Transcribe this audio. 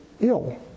ill